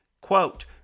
quote